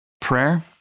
Prayer